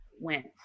went